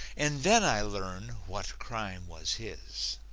and then i learn what crime was his.